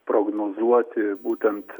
prognozuoti būtent